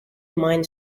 mine